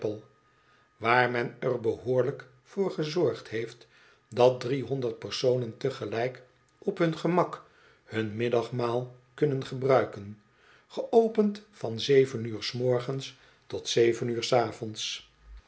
waar men er behoorlijk voor gezorgd heeft dat personen tegelijk op hun gemak hun middagmaal kunnen gebruiken geopend van uur s morgens tot uur s avonds